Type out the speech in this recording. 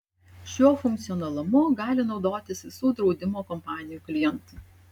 šiuo funkcionalumu gali naudotis visų draudimo kompanijų klientai